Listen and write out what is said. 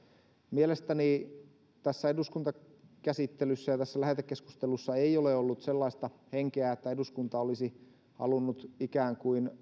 mielestäni tässä eduskuntakäsittelyssä ja tässä lähetekeskustelussa ei ole ollut sellaista henkeä että eduskunta olisi halunnut ikään kuin